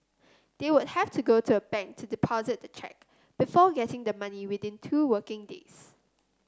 they would have to go to a bank to the deposit the cheque before getting the money within two working days